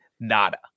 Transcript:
Nada